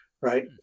right